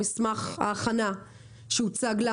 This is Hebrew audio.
במסמך ההכנה שהוצג לנו,